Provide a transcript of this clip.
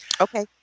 Okay